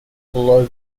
below